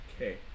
Okay